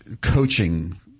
coaching